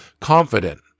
confident